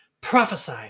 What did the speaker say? prophesy